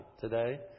today